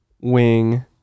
wing